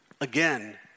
again